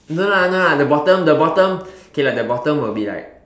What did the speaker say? no no no at the bottom the bottom okay like the bottom will be like